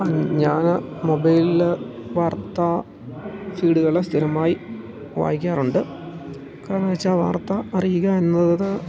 ഞാൻ മൊബൈലിൽ വാർത്ത ഫീഡുകൾ സ്ഥിരമായി വായിക്കാറുണ്ട് കാരണം എന്നു വച്ചാൽ വാർത്ത അറിയുക എന്നത്